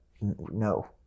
no